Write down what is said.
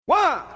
One